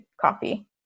coffee